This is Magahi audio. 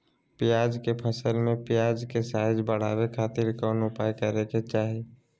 प्याज के फसल में प्याज के साइज बढ़ावे खातिर कौन उपाय करे के चाही?